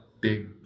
big